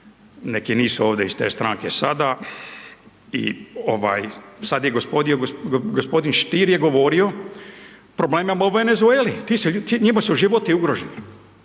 neki nisu ovde iz te stranke sada i ovaj sad je gospodin Stier govorio problem imamo u Venezueli, ti se ljudi, njima su životi ugroženi.